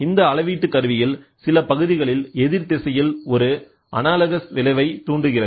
இந்த அளவீட்டு கருவியில் சில பகுதிகளில் எதிர்திசையில் ஒரு அனலாகஸ் விளைவை தூண்டுகிறது